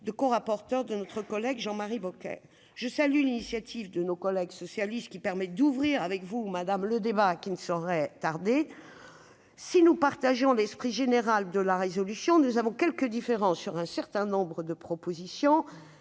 de corapporteur de notre collègue Jean-Marie Bockel. Je salue l'initiative de nos collègues socialistes, qui permet d'ouvrir avec vous, madame la ministre, un débat qui ne saurait tarder. Si nous souscrivons à l'esprit général de la proposition de résolution, nous avons quelques différences sur un certain nombre de mesures.